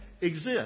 exist